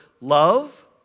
love